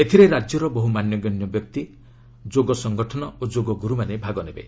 ଏଥିରେ ରାଜ୍ୟର ବହୁ ମାନ୍ୟଗଣ୍ୟ ବ୍ୟକ୍ତି ଯୋଗ ସଂଗଠନ ଓ ଯୋଗଗୁରୁମାନେ ଭାଗ ନେବେ